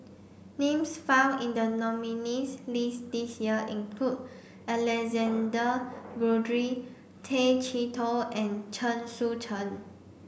names found in the nominees' list this year include Alexander Guthrie Tay Chee Toh and Chen Sucheng